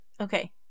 Okay